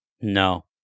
No